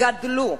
גדלו,